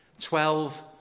Twelve